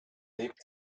lebt